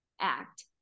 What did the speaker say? act